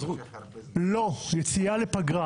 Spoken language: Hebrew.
חוק התפזרות